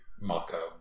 Marco